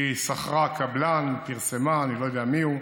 היא שכרה קבלן, פרסמה, אני לא יודע מי הוא.